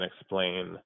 explain